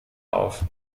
auf